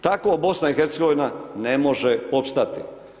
Tako BiH ne može opstati.